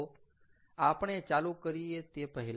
તો આપણે ચાલુ કરીએ તે પહેલા